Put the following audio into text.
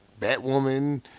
Batwoman